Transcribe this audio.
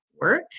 work